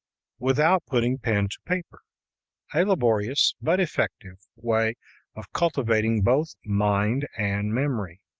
without putting pen to paper a laborious but effective way of cultivating both mind and memory.